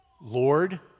Lord